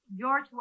George